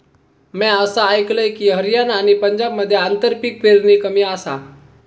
म्या असा आयकलंय की, हरियाणा आणि पंजाबमध्ये आंतरपीक पेरणी कमी आसा